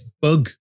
bug